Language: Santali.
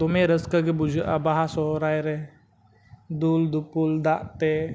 ᱟᱨ ᱫᱚᱢᱮ ᱨᱟᱹᱥᱠᱟᱹᱜᱮ ᱵᱩᱡᱷᱟᱹᱜᱼᱟ ᱵᱟᱦᱟ ᱥᱚᱦᱨᱟᱭ ᱨᱮ ᱫᱩᱞᱼᱫᱩᱯᱩᱞ ᱫᱟᱜᱛᱮ